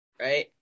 right